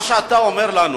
אתה אומר לנו